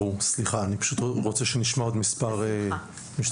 ברור סליחה אני פשוט רוצה שנשמע עוד מספר משתתפים,